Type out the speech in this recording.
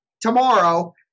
tomorrow